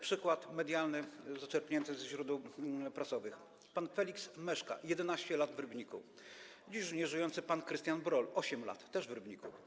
Przykłady medialne, zaczerpnięte ze źródeł prasowych: pan Feliks Meszka - 11 lat w Rybniku; dziś nieżyjący pan Krystian Broll - 8 lat, też w Rybniku.